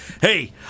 hey